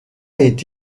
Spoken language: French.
est